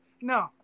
No